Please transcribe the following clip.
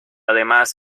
además